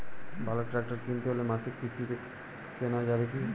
ভালো ট্রাক্টর কিনতে হলে মাসিক কিস্তিতে কেনা যাবে কি?